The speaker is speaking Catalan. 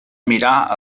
mirar